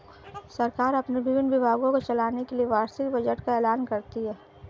सरकार अपने विभिन्न विभागों को चलाने के लिए वार्षिक बजट का ऐलान करती है